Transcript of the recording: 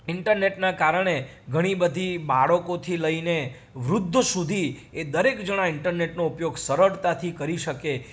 ઈન્ટરનેટના કારણે ઘણીબધી બાળકોથી લઈને વૃદ્ધ સુધી એ દરેક જણાં ઈન્ટરનેટનો ઉપયોગ સરળતાથી કરી શકે